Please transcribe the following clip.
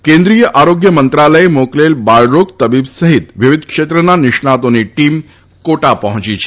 દરમ્યાન કેન્દ્રીય આરોગ્ય મંત્રાલયે મોકલેલ બાળરોગ તબીબ સહિત વિવિધ ક્ષેત્રના નિષ્ણાતોની ટીમ કોટા પહોંચી છે